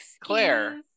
claire